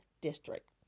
District